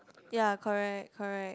ya correct correct